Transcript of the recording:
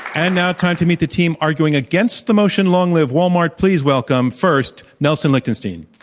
and now time to meet the team arguing against the motion, long live walmart, please welcome first, nelson lichtenstein.